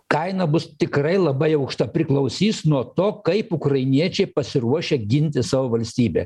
kaina bus tikrai labai aukšta priklausys nuo to kaip ukrainiečiai pasiruošę ginti savo valstybę